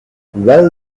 well